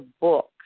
book